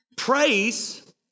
Praise